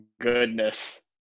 goodness